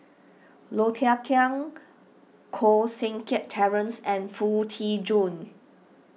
Low Thia Khiang Koh Seng Kiat Terence and Foo Tee Jun